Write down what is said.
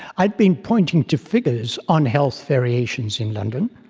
i had been pointing to figures on health variations in london.